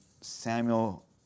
Samuel